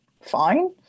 fine